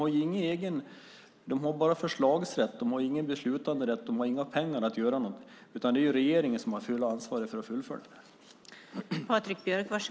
De har bara förslagsrätt. De har ingen beslutanderätt och inga pengar. Det är regeringen som har fulla ansvaret för att fullfölja det här.